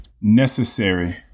Necessary